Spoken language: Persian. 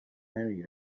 نمیگی